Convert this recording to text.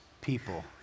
people